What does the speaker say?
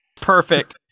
Perfect